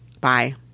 Bye